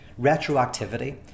Retroactivity